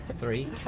three